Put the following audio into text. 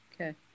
Okay